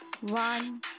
one